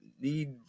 need